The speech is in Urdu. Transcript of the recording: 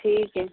ٹھیک ہے